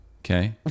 okay